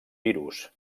virus